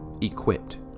equipped